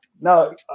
no